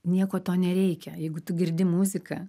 nieko to nereikia jeigu tu girdi muziką